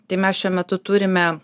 tai mes šiuo metu turime